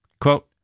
Quote